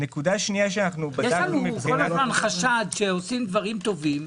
יש לנו כל הזמן חשד שעושים דברים טובים,